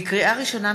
לקריאה ראשונה,